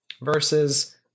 versus